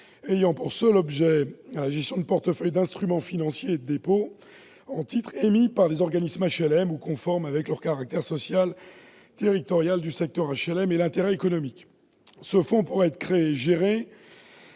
ayant pour seul objet la gestion d'un portefeuille d'instruments financiers et de dépôts en titres émis par des organismes d'HLM ou conformes au caractère social et territorial du secteur HLM et à l'intérêt économique. Ces fonds pourraient être créés et gérés